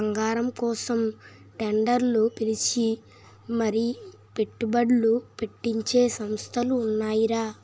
బంగారం కోసం టెండర్లు పిలిచి మరీ పెట్టుబడ్లు పెట్టించే సంస్థలు ఉన్నాయిరా